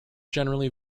generally